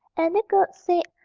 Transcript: and the goat said,